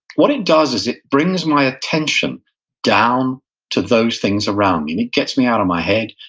what it does is it brings my attention down to those things around me. and it gets me out of my head,